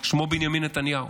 שמו בנימין נתניהו.